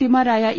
പിമാരായ E